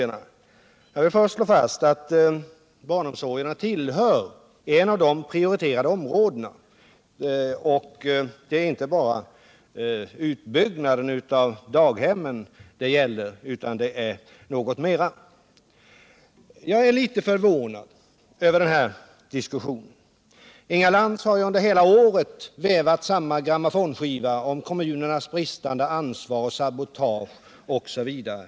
Jag kan först slå fast att barnomsorgen tillhör de prioriterade områdena samt att barnomsorgen inte bara omfattar utbyggnaden av daghemmen. Inga Lantz har under hela förra året vevat samma grammonskiva om kommunernas bristande ansvar, sabotage osv.